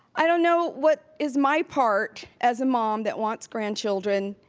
i don't know what is my part, as a mom that wants grandchildren,